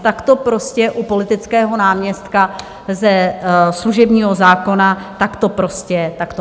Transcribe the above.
Tak to prostě u politického náměstka ze služebního zákona, tak to prostě je.